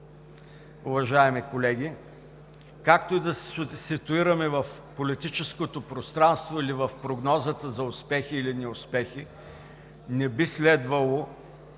уважаеми колеги, както и да се ситуираме в политическото пространство или в прогнозата за успехи или неуспехи, не би следвало